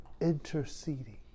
interceding